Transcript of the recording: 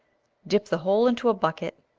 dip the whole into a bucket,